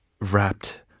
wrapped